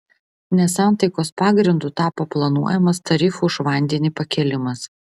nesantaikos pagrindu tapo planuojamas tarifų už vandenį pakėlimas